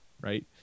right